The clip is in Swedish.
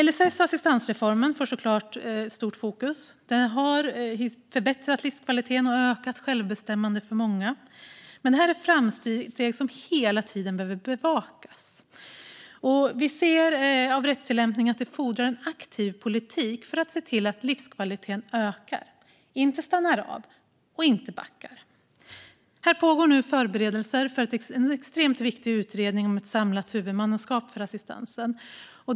LSS och assistansreformen får såklart starkt fokus. Det har förbättrat livskvaliteten och ökat självbestämmandet för många. Men det här är framsteg som hela tiden behöver bevakas. Vi ser av rättstillämpningen att det fordrar en aktiv politik för att se till att livskvaliteten ökar, inte stannar av och inte minskar. Nu pågår förberedelser för en extremt viktig utredning om ett samlat huvudmannaskap för assistansen.